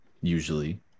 usually